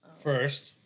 First